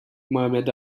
mohamed